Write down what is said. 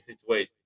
situation